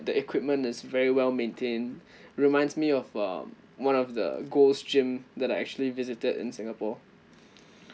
the equipment is very well-maintained reminds me of um one of the gold's gym that I actually visited in singapore